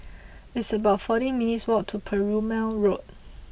it's about forty minutes' walk to Perumal Road